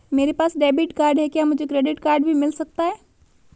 मेरे पास debit card है क्या मुझे क्रेडिट कार्ड भी मिल सकता है?